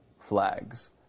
flags